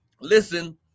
listen